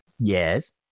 Yes